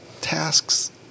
tasks